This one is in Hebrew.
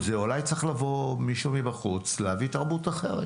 אולי צריך לבוא מישהו מבחוץ ולהביא תרבות אחרת,